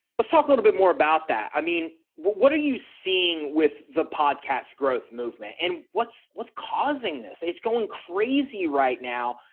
let's talk a little bit more about that. i mean what are you seeing with the podcast growth movement and what's, what's causing this. it's going crazy right now.